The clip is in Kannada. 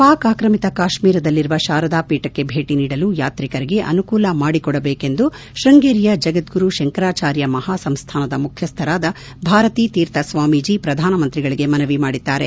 ಪಾಕ್ ಆಕ್ರಮಿತ ಕಾಶ್ಮೀರದಲ್ಲಿರುವ ಶಾರದಾ ಪೀಠಕ್ಕೆ ಭೇಟಿ ನೀಡಲು ಯಾತ್ರಿಕರಿಗೆ ಅನುಕೂಲ ಮಾಡಿಕೊಡಬೇಕೆಂದು ಶೃಂಗೇರಿಯ ಜಗದ್ಗುರು ಶಂಕರಾಚಾರ್ಯ ಮಹಾಸಂಸ್ಥಾನದ ಮುಖ್ಯಸ್ಥರಾದ ಭಾರತೀ ತೀರ್ಥ ಸ್ವಾಮೀಜಿ ಪ್ರಧಾನಮಂತ್ರಿಗಳಿಗೆ ಮನವಿ ಮಡಿದ್ದಾರೆ